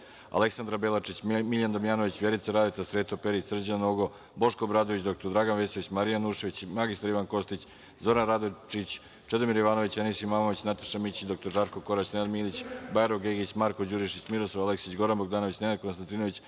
Aleksandra Belačić, Miljan Damjanović, Vjerica Radeta, Sreto Perić, Srđan Nogo, Boško Obradović, dr Dragan Vesović, Marija Janjušević, mr Ivan Kostić, Zoran Radojičić, Čedomir Jovanović, Enis Imamović, Nataša Mićić, dr Žarko Korać, Nenad Milić, Bajro Gegić, Marko Đurišić, Miroslav Aleksić, Goran Bogdanović, Nenad Konstantinović,